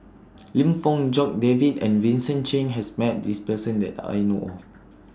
Lim Fong Jock David and Vincent Cheng has Met This Person that I know of